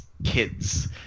kids